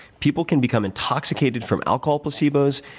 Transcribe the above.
people can become intoxicated from alcohol placebos.